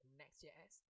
next.js